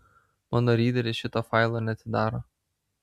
mano ryderis šito failo neatidaro